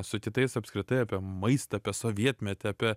su kitais apskritai apie maistą apie sovietmetį apie